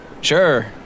Sure